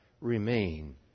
remain